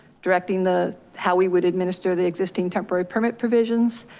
directing the how we would administer the existing temporary permit provisions,